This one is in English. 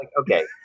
Okay